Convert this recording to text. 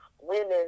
Women